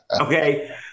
Okay